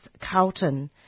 Carlton